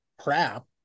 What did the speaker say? crap